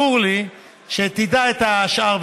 ברור לי שכשתדע את השאר,